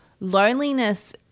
loneliness